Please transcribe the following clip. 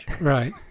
Right